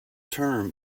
term